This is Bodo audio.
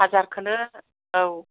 हाजारखोनो औ